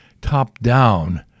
top-down-